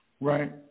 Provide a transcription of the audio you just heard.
Right